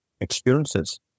experiences